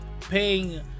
paying